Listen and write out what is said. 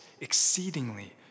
exceedingly